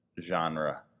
genre